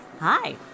hi